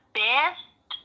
best